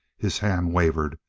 his hand wavered,